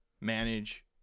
manage